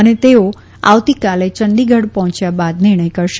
અને તેઓ આવતીકાલે ચંડીગઢ પહોંચ્યા બાદ નિર્ણય કરશે